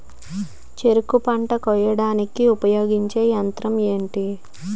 చెరుకు పంట కోయడానికి ఉపయోగించే యంత్రం ఎంటి?